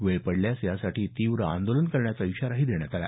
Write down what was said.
वेळ पडल्यास यासाठी तीव्र आंदोलन करण्याचा इशाराही देण्यात आला